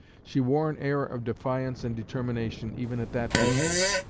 she wore an air of defiance and determination even at that distance.